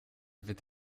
wird